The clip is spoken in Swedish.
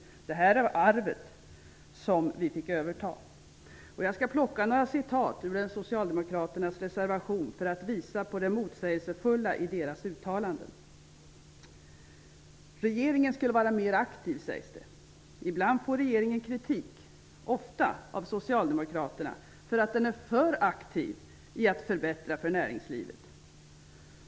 Det här är arvet som vi fick överta. Jag skall plocka några citat ur Socialdemokraternas reservation för att visa på det motsägelsefulla i deras uttalanden. ''Regeringen skulle vara mer aktiv'', sägs det. Ibland får regeringen kritik, ofta av Socialdemokraterna, för att den är för aktiv i att förbättra för näringslivet.